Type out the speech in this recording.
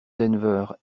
denver